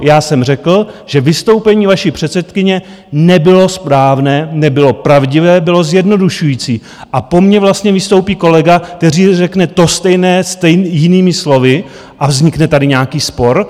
Já jsem řekl, že vystoupení vaší předsedkyně nebylo správné, nebylo pravdivé, bylo zjednodušující a po mně vlastně vystoupí kolega, kteří řekne to stejné, jinými slovy, a vznikne tady nějaký spor?